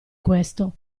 questo